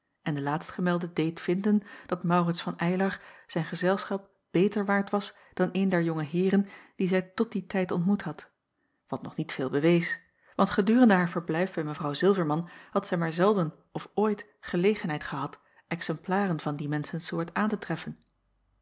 en de laatstgemelde deed vinden dat maurits van eylar zijn gezelschap beter waard was dan een der jonge heeren die zij tot dien tijd ontmoet had wat nog niet veel bewees want gedurende haar verblijf bij mw zilverman had zij maar zelden of ooit gelegenheid gehad exemplaren van die menschensoort aan te treffen